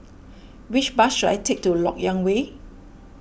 which bus should I take to Lok Yang Way